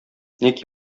ник